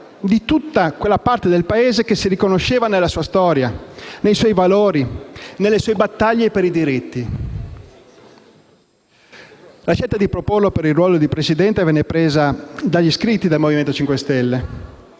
di tutta quella parte del Paese che si riconosceva nella sua storia, nei suoi valori, nelle sue battaglie per i diritti. La scelta di proporlo per il ruolo di Presidente venne presa dagli iscritti del Movimento 5 Stelle.